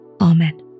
Amen